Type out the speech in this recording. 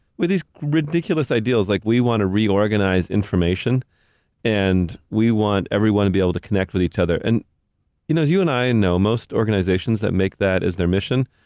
with these ridiculous ideals. like, we wanna reorganize information and we want everyone to be able to connect with each other, and you know, as you and i and know, most organizations that make that as their mission,